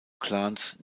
clans